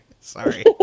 sorry